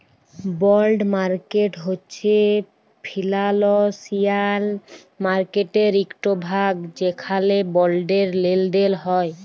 বল্ড market হছে financial মার্কেটের ইকট ভাগ যেখালে বল্ডের লেলদেল হ্যয়